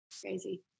Crazy